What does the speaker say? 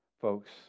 folks